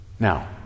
Now